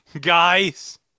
guys